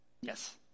Yes